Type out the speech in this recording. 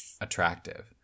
attractive